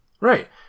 Right